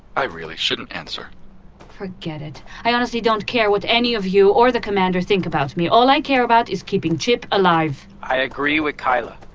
i really shouldn't answer forget it. i honestly don't care what any of you or the commander think about me. all i care about is keeping chip alive i agree with keila.